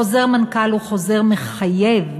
חוזר מנכ"ל הוא חוזר מחייב,